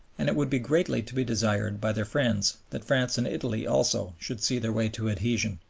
and it would be greatly to be desired by their friends that france and italy also should see their way to adhesion.